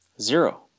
Zero